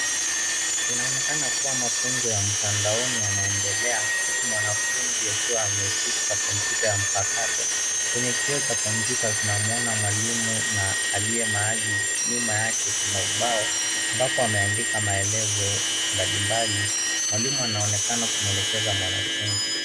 Inaonekana kuwa mafunzo ya mtandaoni yanaendelea huku mwanafunzi akishika kompyuta ya mpakato. Kwenye kioo cha kompyuta tunamwona mwalimu na aliye mahali nyuma yake kuna ubao ambapo ameandika maelezo mbalimbali. Mwalimu anaonekana kumwelekeza mwanafunzi.